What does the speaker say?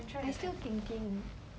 I'm still thinking